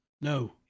No